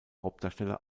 hauptdarsteller